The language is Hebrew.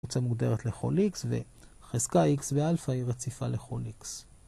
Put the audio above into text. פונקציה מוגדרת לכל x וחזקה x ואלפא היא רציפה לכל x.